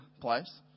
place